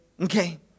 Okay